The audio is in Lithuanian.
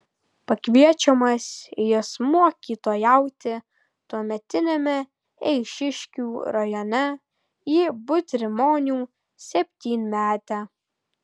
pakviečiamas jis mokytojauti tuometiniame eišiškių rajone į butrimonių septynmetę